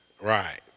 Right